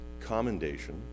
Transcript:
commendation